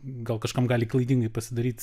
gal kažkam gali klaidingai pasidaryt